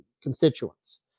constituents